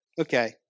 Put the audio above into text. okay